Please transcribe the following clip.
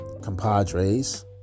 compadres